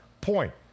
point